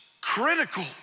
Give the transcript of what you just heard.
critical